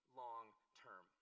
long-term